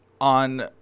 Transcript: on